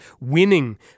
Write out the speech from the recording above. winning